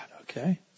Okay